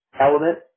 element